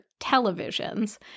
televisions